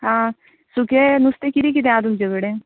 आं सुकें नुस्तें कितें कितें आं तुमचे कडेन